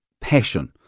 passion